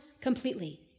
completely